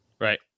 Right